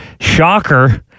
Shocker